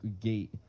gate